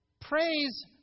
Praise